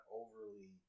overly